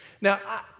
Now